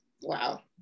Wow